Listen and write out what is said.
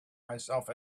myself